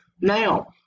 now